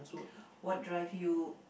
what drive you